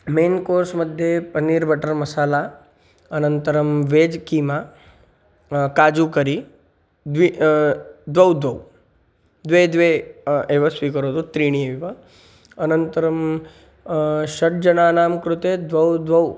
men course मध्ये paneer butter masala अनन्तरं veg keema काजुकरी द्वि द्वौ द्वौ द्वे द्वे एव स्वीकरोतु त्रीणि एव अनन्तरं षड् जनानां कृते द्वौ द्वौ